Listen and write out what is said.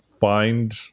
find